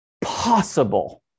possible